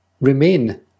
Remain